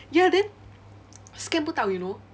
ya then scan 不到 you know